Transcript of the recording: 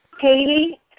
Katie